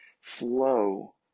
flow